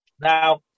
now